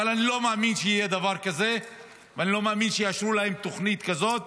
אבל אני לא מאמין שיהיה דבר כזה ואני לא מאמין שיאשרו להם תוכנית כזאת.